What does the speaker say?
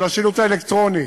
של השילוט האלקטרוני,